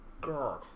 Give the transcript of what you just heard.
God